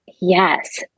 Yes